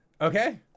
Okay